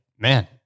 Man